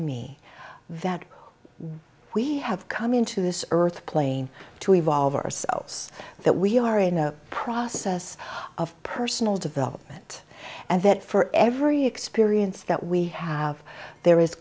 me that we have come into this earth plane to evolve ourselves that we are in a process of personal development and that for every experience that we have there is